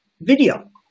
video